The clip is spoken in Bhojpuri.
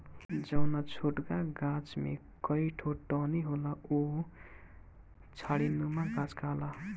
जौना छोटका गाछ में कई ठो टहनी होला उ झाड़ीनुमा गाछ कहाला